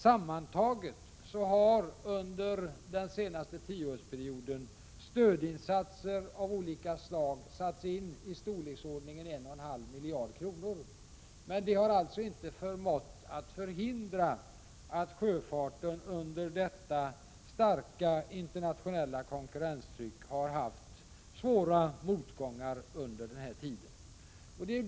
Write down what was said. Sammantaget har under den senaste tioårsperioden stödinsatser av olika slag i storleksordningen 1,5 miljarder kronor satts in. Men detta har alltså inte förmått att förhindra att sjöfarten under det starka internationella konkurrenstrycket har haft svåra motgångar under denna tid.